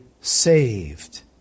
saved